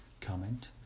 comment